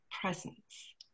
presence